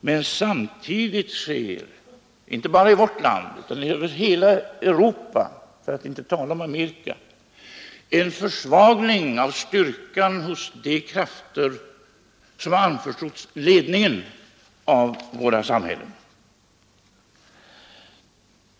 Men samtidigt sker inte bara i vårt land utan över hela Europa — för att inte tala om Amerika — en försvagning av styrkan hos de krafter som har anförtrotts ledningen av våra samhällen.